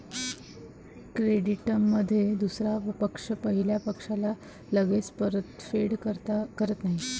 क्रेडिटमधील दुसरा पक्ष पहिल्या पक्षाला लगेच परतफेड करत नाही